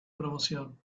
promoción